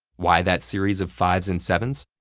why that series of five s and seven s?